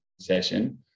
session